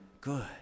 good